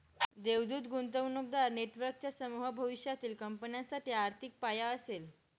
देवदूत गुंतवणूकदार नेटवर्कचा समूह भविष्यातील कंपन्यांसाठी आर्थिक पाया असेल